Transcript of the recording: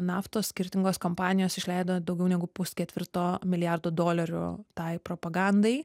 naftos skirtingos kompanijos išleido daugiau negu pusketvirto milijardo dolerių tai propagandai